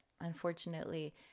unfortunately